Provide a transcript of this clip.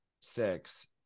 six